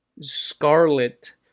scarlet